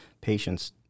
Patients